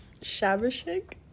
Shabashik